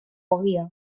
ogia